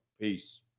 Peace